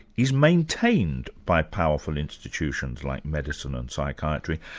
is maintained by powerful institutions like medicine and psychiatry.